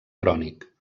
crònic